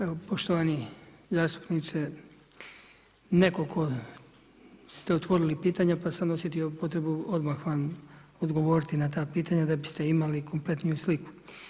Evo poštovani zastupnici, nekoliko ste otvorili pitanja pa sam osjetio potrebu odmah vam odgovoriti na ta pitanja da bi ste imali kompletniju sliku.